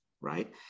right